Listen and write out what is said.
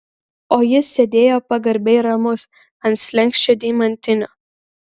o jis sėdėjo pagarbiai ramus ant slenksčio deimantinio